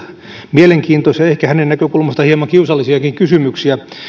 mielenkiintoisia ehkä hänen näkökulmastaan hieman kiusallisiakin kysymyksiä